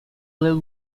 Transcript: lil